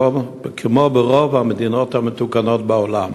כמו ברוב המדינות המתוקנות בעולם.